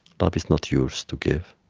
love is not yours to give